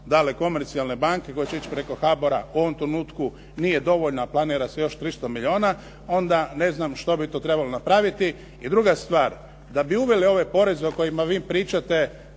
dale komercijalne banke koje će ići preko HBOR-a u ovom trenutku nije dovoljna, planira se još 300 milijuna onda ne znam što bi to trebalo napraviti. I druga stvar, da bi uvele ove poreze o kojima vi pričate